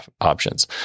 options